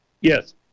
Yes